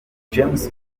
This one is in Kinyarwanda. james